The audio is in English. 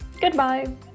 Goodbye